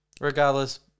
regardless